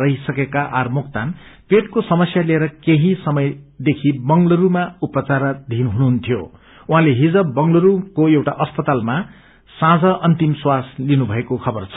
रहि सकेका आ मोक्तान पेटको समस्या लिएर केही समयदेखि बंगलुरूमा उपाचाराधिन हुनुहुन्थ्यो उहाँले हिज बंगलुरूको एउटा अस्पतालमा हिज सांझ अन्तिम श्वास दिनु भएको खबर छ